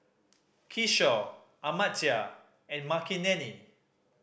Kishore Amartya and Makineni